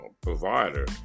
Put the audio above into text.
provider